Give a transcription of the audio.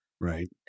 Right